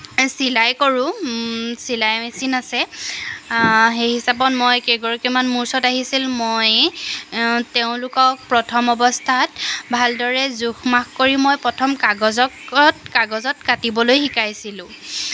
চিলাই কৰোঁ চিলাই মেচিন আছে সেই হিচাপত মই কেইগৰাকীমান মোৰ ওচৰত আহিছিল মই তেওঁলোকক প্ৰথম অৱস্থাত ভালদৰে জোখ মাখ কৰি মই প্ৰথম কাগজক কাজগত কাটিবলৈ শিকাইছিলোঁ